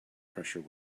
pressure